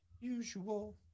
usual